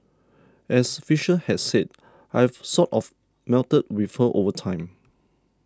as Fisher had said I've sort of melded with her over time